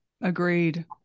agreed